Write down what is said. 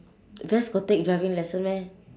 ves got take driving lesson meh